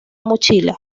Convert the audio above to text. mochila